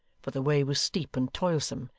for the way was steep and toilsome,